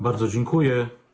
Bardzo dziękuję.